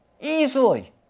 easily